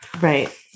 Right